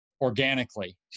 organically